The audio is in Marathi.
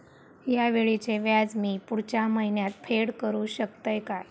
हया वेळीचे व्याज मी पुढच्या महिन्यात फेड करू शकतय काय?